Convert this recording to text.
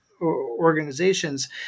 organizations